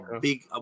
big